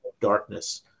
darkness